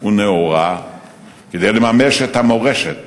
ונאורה כדי לממש את המורשת